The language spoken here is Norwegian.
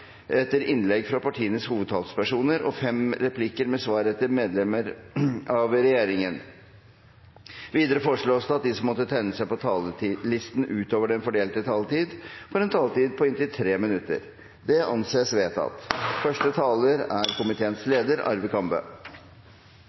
etter innlegg fra partienes hovedtalspersoner og fem replikker med svar etter innlegg fra medlemmer av regjeringen innenfor den fordelte taletid. Videre foreslås det at de som måtte tegne seg på talerlisten utover den fordelte taletid, får en taletid på inntil 3 minutter. – Det anses vedtatt.